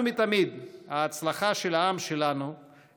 השרה גילה גמליאל תגיע בתוך כמה דקות ותסכם את הדיון.